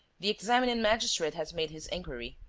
the examining-magistrate has made his inquiry.